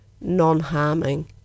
non-harming